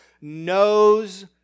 knows